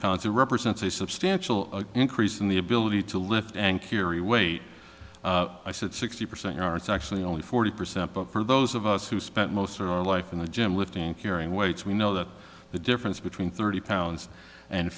pounds or represents a substantial increase in the ability to lift and carry weight i said sixty percent are it's actually only forty percent but for those of us who spent most of our life in the gym lifting and carrying weights we know that the difference between thirty pounds and